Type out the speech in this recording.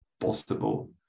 possible